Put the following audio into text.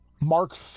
Mark